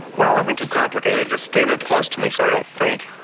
well, nothing too complicated. just stay real close to me so i don't faint.